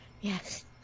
Yes